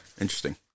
interesting